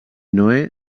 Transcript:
noè